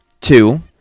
Two